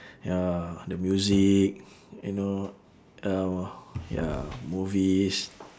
ya the music and all oh ya movies